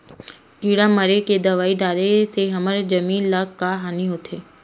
किड़ा मारे के दवाई डाले से हमर जमीन ल का हानि होथे?